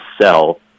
sell